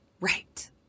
right